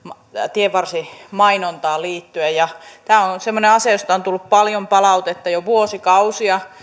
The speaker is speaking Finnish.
tienvarsimainontaan liittyen tämä on semmoinen asia josta on tullut paljon palautetta jo vuosikausia